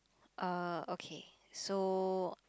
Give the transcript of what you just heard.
uh okay so